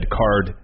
card